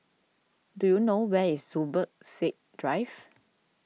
do you know where is Zubir Said Drive